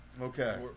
Okay